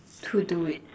to do it